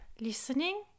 listening